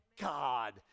God